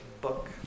book